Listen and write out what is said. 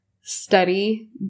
study